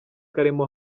karimo